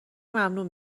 ممنوع